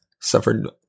Suffered